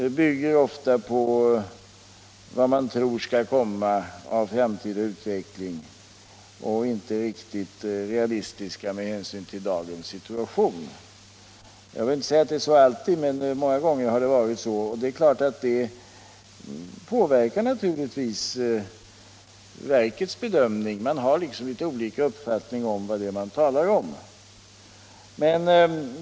De bygger ibland på vad man räknar med att en framtida utveckling skall medföra, och de är inte riktigt realistiska med hänsyn till dagens situation. Jag vill inte påstå att det alltid är så, men många gånger har det varit det. Detta påverkar naturligtvis verkets bedömning, och det föreligger alltså litet olika uppfattningar om vad det är man talar om.